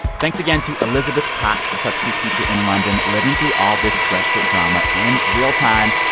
thanks again to elizabeth cox, a substitute teacher in london, living through all this brexit drama in real time.